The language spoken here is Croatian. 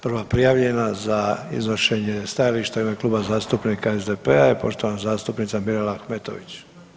Prva prijavljena za iznošenje stajališta u ime Kluba zastupnika SDP-a je poštovana zastupnica Mirela Ahmetović.